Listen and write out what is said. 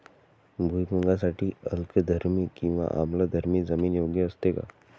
भुईमूगासाठी अल्कधर्मी किंवा आम्लधर्मी जमीन योग्य असते का?